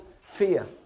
fear